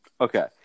Okay